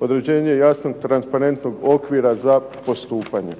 određenje jasnog, transparentnog okvira za postupanje.